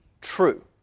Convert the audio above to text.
true